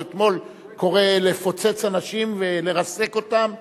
אתמול קורא לפוצץ אנשים ולרסק אותם?